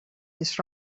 this